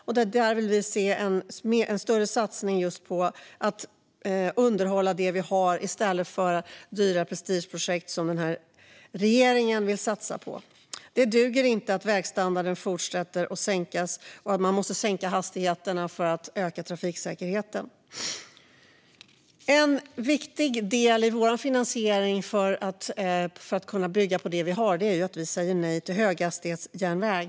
Vi vill se en större satsning på att underhålla det vi har i stället för de dyra prestigeprojekt som den här regeringen vill satsa på. Det duger inte att vägstandarden fortsätter att sjunka och att man måste sänka hastigheterna för att öka trafiksäkerheten. En viktig del i vår finansiering för att kunna bygga på det som Sverige redan har är att vi säger nej till höghastighetsjärnväg.